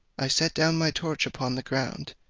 i set down my torch upon the ground,